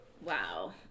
Wow